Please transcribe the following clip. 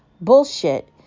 Bullshit